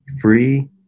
free